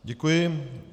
Děkuji.